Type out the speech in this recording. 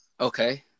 Okay